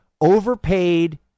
overpaid